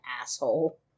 asshole